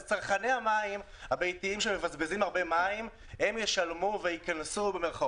אז צרכני הבית הביתיים שמבזבזים הרבה מים ישלמו ו"ייקנסו".